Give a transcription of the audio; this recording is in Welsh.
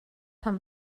pan